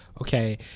Okay